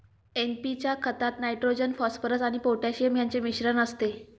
NP च्या खतात nitrogen, phosphorus आणि पोटॅशियम यांचे मिश्रण असते